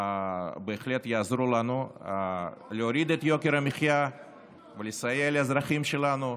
הם בהחלט יעזרו לנו להוריד את יוקר המחיה ולסייע לאזרחים שלנו.